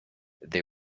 they